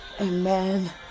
amen